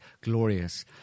glorious